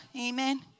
Amen